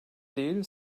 değil